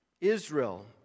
Israel